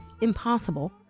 Impossible